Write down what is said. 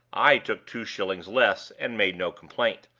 i took two shillings less, and made no complaint.